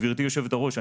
גברתי יושבת הראש,